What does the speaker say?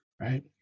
right